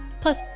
Plus